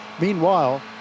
meanwhile